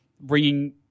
bringing